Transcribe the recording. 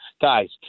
guys